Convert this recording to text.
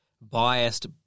biased